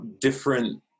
different